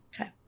Okay